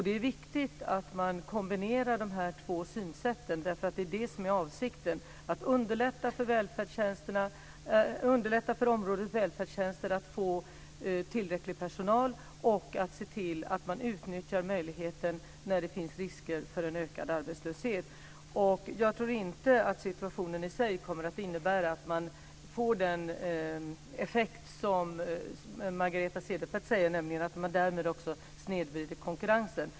Det är viktigt att man kombinerar de här två synsätten, därför att avsikten är att underlätta för området välfärdstjänster att få tillräckligt med personal och att se till att man utnyttjar möjligheten när det finns risker för en ökad arbetslöshet. Jag tror inte att situationen i sig kommer att innebära att man får den effekt som Margareta Cederfelt säger, nämligen att man snedvrider konkurrensen.